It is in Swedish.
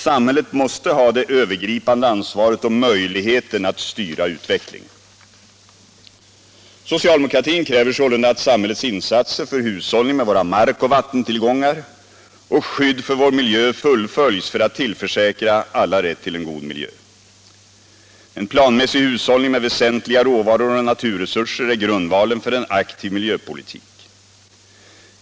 Samhället måste ha det övergripande ansvaret och möjligheten att styra utvecklingen. Socialdemokratin kräver sålunda att samhällets insatser för hushållning med våra mark och vattentillgångar och skydd för vår miljö fullföljs för att tillförsäkra alla rätt till en god miljö. En planmässig hushållning med väsentliga råvaror och naturresurser är grundvalen för en aktiv miljöpolitik.